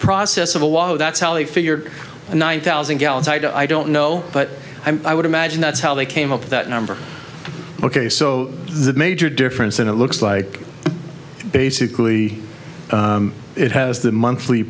process of a lot of that's how they figure in one thousand gallons i don't know but i would imagine that's how they came up that number ok so the major difference in it looks like basically it has the monthly